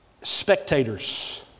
spectators